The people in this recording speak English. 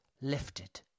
lifted